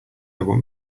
want